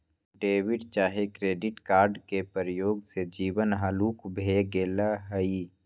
debit चाहे credit card के प्रयोग से जीवन हल्लुक भें गेल हइ